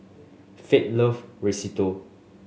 Faith loves Risotto